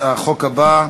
החוק הבא,